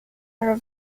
are